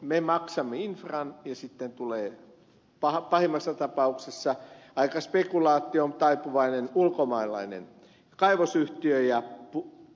me maksamme infran ja sitten tulee pahimmassa tapauksessa aika spekulaatioon taipuvainen ulkomaalainen kaivosyhtiö ja